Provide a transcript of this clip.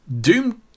Doom